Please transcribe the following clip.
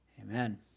Amen